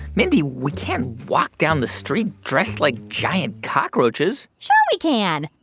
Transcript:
mindy, we can't walk down the street dressed like giant cockroaches sure we can.